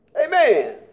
Amen